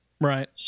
Right